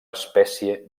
espècie